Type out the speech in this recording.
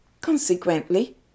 Consequently